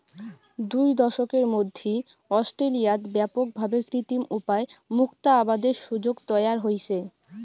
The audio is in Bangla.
দুই দশকের মধ্যি অস্ট্রেলিয়াত ব্যাপক ভাবে কৃত্রিম উপায় মুক্তা আবাদের সুযোগ তৈয়ার হইচে